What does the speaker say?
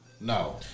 No